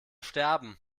sterben